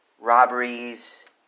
robberies